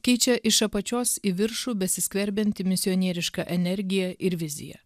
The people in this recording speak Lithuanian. keičia iš apačios į viršų besiskverbianti misionieriška energija ir vizija